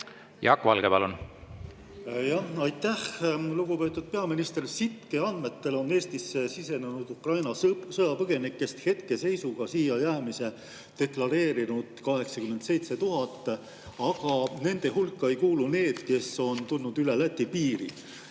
Jaak Valge, palun! Aitäh! Lugupeetud peaminister! SITKE andmetel on Eestisse sisenenud Ukraina sõjapõgenikest hetkeseisuga siia jäämise deklareerinud 87 000, aga nende hulka ei kuulu need, kes on tulnud üle Läti piiri.